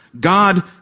God